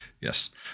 Yes